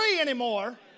anymore